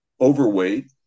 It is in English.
overweight